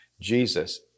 Jesus